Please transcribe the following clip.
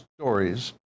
stories